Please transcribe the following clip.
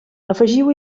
afegiu